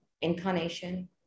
incarnation